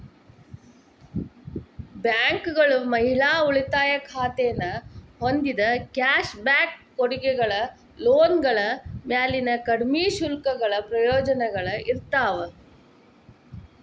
ಬ್ಯಾಂಕ್ಗಳು ಮಹಿಳಾ ಉಳಿತಾಯ ಖಾತೆನ ಹೊಂದಿದ್ದ ಕ್ಯಾಶ್ ಬ್ಯಾಕ್ ಕೊಡುಗೆಗಳ ಲೋನ್ಗಳ ಮ್ಯಾಲಿನ ಕಡ್ಮಿ ಶುಲ್ಕಗಳ ಪ್ರಯೋಜನಗಳ ಇರ್ತಾವ